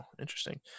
interesting